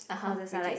(uh huh) which is